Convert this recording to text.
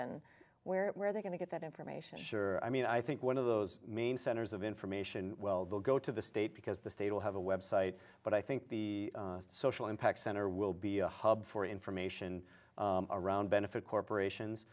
and where are they going to get that information sure i mean i think one of those mean centers of information well they'll go to the state because the state will have a website but i think the social impact center will be a hub for information around benefit corporations